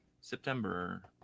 September